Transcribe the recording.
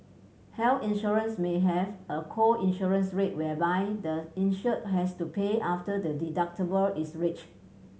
hair insurance may have a co insurance rate whereby the insured has to pay after the deductible is reached